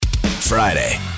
Friday